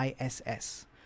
ISS